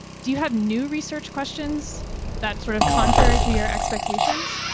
do you have new research questions that's sort of contrary to your expectations?